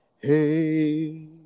Hey